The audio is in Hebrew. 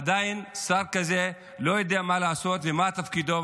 עדיין שר כזה לא יודע מה לעשות ומה תפקידו.